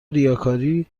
ریاکاری